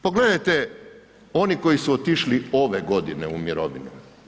Pogledajte oni koji su otišli ove godine u mirovinu.